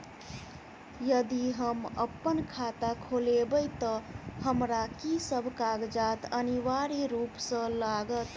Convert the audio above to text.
यदि हम अप्पन खाता खोलेबै तऽ हमरा की सब कागजात अनिवार्य रूप सँ लागत?